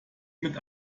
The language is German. mit